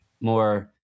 more